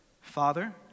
Father